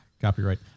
Copyright